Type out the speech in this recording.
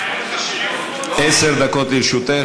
עשר דקות לרשותך,